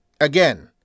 Again